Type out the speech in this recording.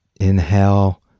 Inhale